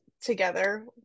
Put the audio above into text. together